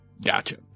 Gotcha